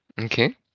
Okay